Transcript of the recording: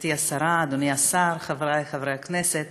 גברתי השרה, אדוני השר, חבריי חברי הכנסת,